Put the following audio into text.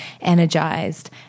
energized